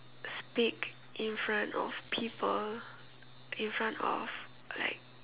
speak in front of people in front of like